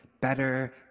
better